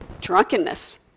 drunkenness